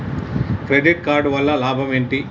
Credit card వల్ల లాభం ఏంటి?